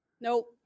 Nope